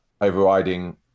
overriding